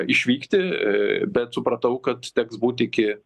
išvykti bet supratau kad teks būt iki